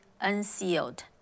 unsealed